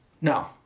No